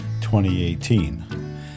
2018